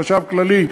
החשב הכללי,